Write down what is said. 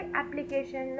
application